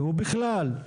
ובכלל,